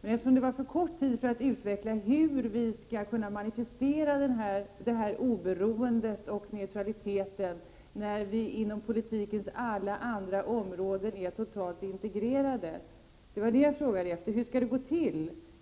Per-Ola Erikssons tid var för kort för att han skulle hinna ge svar på min fråga om hur vi skall kunna manifestera detta oberoende och denna neutralitet när vi inom politikens alla andra områden är totalt integrerade. Hur skall detta gå till?